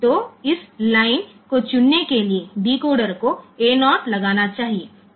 तो इस लाइन को चुनने के लिए डिकोडर को A0 लगाना चाहिए